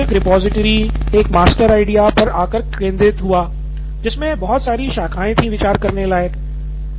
अंत में यह सब एक रिपॉजिटरी एक मास्टर आइडिया पर आकर केन्द्रित हुआ जिनमें बहुत सारी शाखाये थी विचार करने लायक